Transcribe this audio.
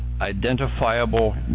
identifiable